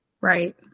Right